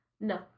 No